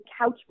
couch